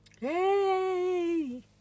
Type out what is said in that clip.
Hey